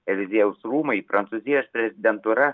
eliziejaus rūmai prancūzijos prezidentūra